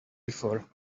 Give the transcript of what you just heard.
before